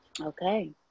Okay